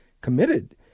committed